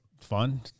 fun